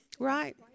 Right